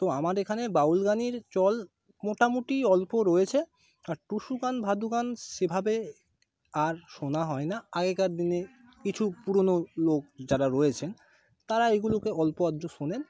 তো আমার এখানে বাউল গানের চল মোটামুটি অল্প রয়েছে আর টুসু গান ভাদু গান সেভাবে আর শোনা হয় না আগেকার দিনে কিছু পুরনো লোক যারা রয়েছেন তারা এগুলোকে অল্প আধটু শোনেন